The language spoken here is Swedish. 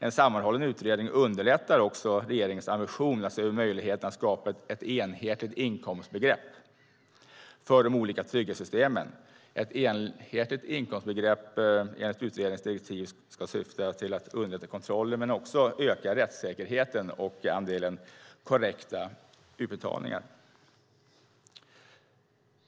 En sammanhållen utredning underlättar också regeringens ambition att se över möjligheterna att skapa ett enhetligt inkomstbegrepp för de olika trygghetssystemen. Ett enhetligt inkomstbegrepp ska enligt utredningens direktiv syfta till att underlätta kontrollen men också öka rättssäkerheten och andelen korrekta utbetalningar. Fru talman!